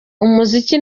umuziki